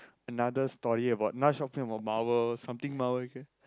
another story about another story about Marvels something about Marvel okay